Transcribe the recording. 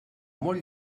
molt